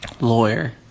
Lawyer